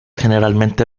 generalmente